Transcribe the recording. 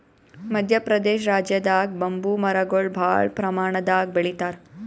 ಮದ್ಯ ಪ್ರದೇಶ್ ರಾಜ್ಯದಾಗ್ ಬಂಬೂ ಮರಗೊಳ್ ಭಾಳ್ ಪ್ರಮಾಣದಾಗ್ ಬೆಳಿತಾರ್